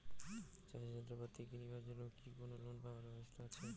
চাষের যন্ত্রপাতি কিনিবার জন্য কি কোনো লোন পাবার ব্যবস্থা আসে?